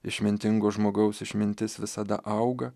išmintingo žmogaus išmintis visada auga